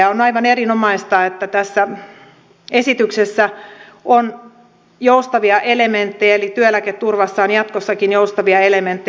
ja on aivan erinomaista että tässä esityksessä on joustavia elementtejä eli työeläketurvassa on jatkossakin joustavia elementtejä